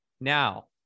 Now